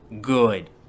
good